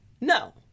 No